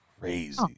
crazy